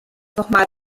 nochmal